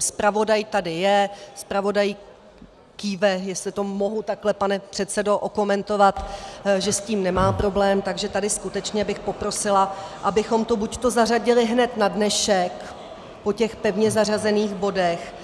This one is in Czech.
Zpravodaj tady je, zpravodaj kýve, jestli to mohu takhle, pane předsedo, okomentovat, že s tím nemá problém, takže tady skutečně bych poprosila, abychom to buďto zařadili hned na dnešek po pevně zařazených bodech,